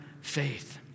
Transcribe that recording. faith